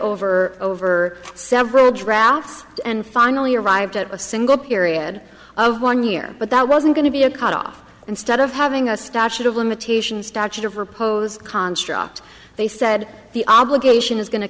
over over several drafts and finally arrived at a single period of one year but that wasn't going to be a cut off instead of having a statute of limitations statute of repose construct they said the obligation is going to